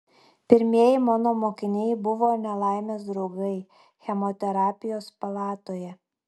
pirmieji mano mokiniai buvo nelaimės draugai chemoterapijos palatoje